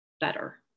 better